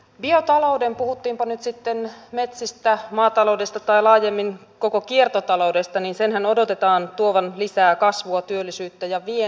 biotalouden puhuttiinpa nyt sitten metsistä maataloudesta tai laajemmin koko kiertotaloudesta senhän odotetaan tuovan lisää kasvua työllisyyttä ja vientiä